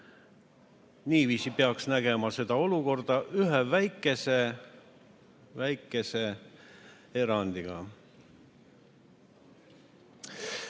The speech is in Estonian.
Niiviisi peaks nägema seda olukorda, ühe väikese-väikese erandiga.